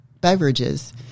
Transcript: beverages